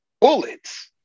bullets